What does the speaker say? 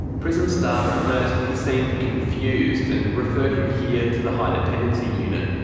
prison staff noticed he seemed confused and referred him here to the high dependency unit.